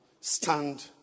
stand